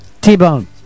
T-Bone